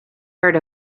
heard